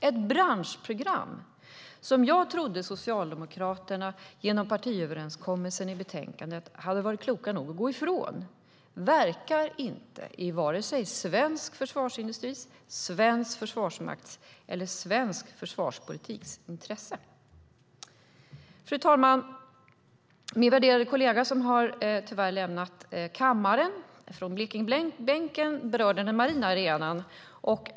Ett branschprogram, som jag trodde att Socialdemokraterna genom partiöverenskommelsen i betänkandet hade varit kloka nog att gå ifrån, verkar inte i vare sig svensk försvarsindustris, svensk försvarsmakts eller svensk försvarspolitiks intresse. Fru talman! Min värderade kollega från Blekingebänken som tyvärr har lämnat kammaren berörde den marina arenan.